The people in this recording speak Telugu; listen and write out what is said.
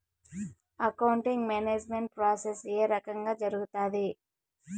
అకౌంటింగ్ మేనేజ్మెంట్ ప్రాసెస్ ఏ రకంగా జరుగుతాది